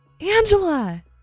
Angela